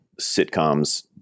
sitcoms